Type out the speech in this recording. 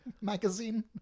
magazine